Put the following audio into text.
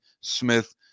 Smith